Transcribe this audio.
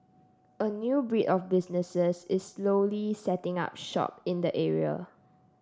a new breed of businesses is slowly setting up shop in the area